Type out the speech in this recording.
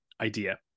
idea